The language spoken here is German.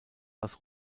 das